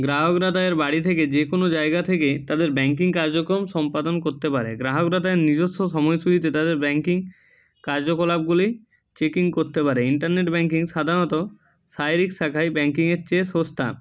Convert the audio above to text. গ্রাহকরা তাদের বাড়ি থেকে যে কোনো জায়গা থেকে তাদের ব্যাংকিং কার্যক্রম সম্পাদন করতে পারে গ্রাহকরা তাদের নিজস্ব সময় সূচীতে তাদের ব্যাংকিং কার্যকলাপগুলি চেকিং করতে পারে ইন্টারনেট ব্যাংকিং সাধারণত শারীরিক শাখায় ব্যাংকিংয়ের চেয়ে সস্তা